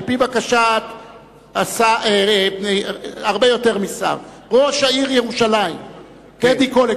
על-פי בקשת ראש העיר ירושלים טדי קולק,